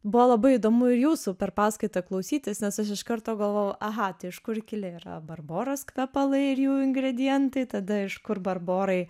buvo labai įdomu ir jūsų per paskaitą klausytis nes aš iš karto galvojau aha tai iš kur kilę yra barboros kvepalai ir jų ingredientai tada iš kur barborai